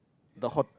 the hot